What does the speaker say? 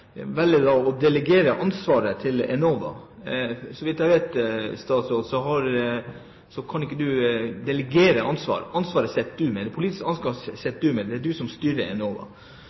å delegere ansvaret til Enova. Så vidt jeg vet statsråd, kan ikke du delegere ansvar. Ansvaret sitter du med. Det er du som styrer Enova. Men det jeg ber om å få, er at du